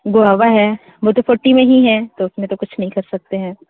guava है वह तो फोट्टी में ही है तो उसमें तो कुछ नहीं कर सकते हैं